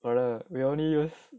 brother we only use